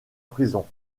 prison